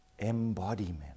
Embodiment